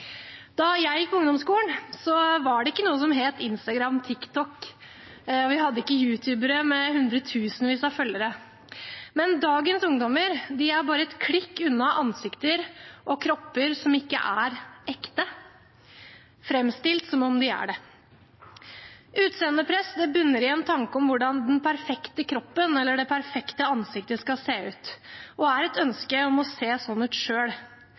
Da jeg gikk på ungdomsskolen, var det ikke noe som het Instagram eller TikTok. Vi hadde ikke YouTube-ere med hundretusenvis av følgere. Men dagens ungdommer er bare et klikk unna ansikter og kropper som ikke er ekte, men framstilt som om de er det. Utseendepress bunner i en tanke om hvordan den perfekte kroppen eller det perfekte ansiktet skal se ut, og er et ønske om å se sånn